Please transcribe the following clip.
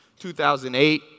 2008